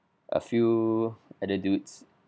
a few other dudes